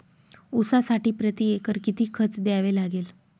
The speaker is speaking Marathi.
ऊसासाठी प्रतिएकर किती खत द्यावे लागेल?